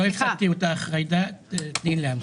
לא הפסקתי אותך, ג'ידא, תני לי להמשיך.